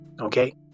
Okay